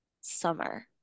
Summer